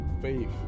faith